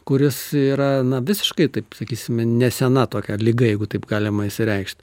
kuris yra na visiškai taip sakysime nesena tokia liga jeigu taip galima išsireikšt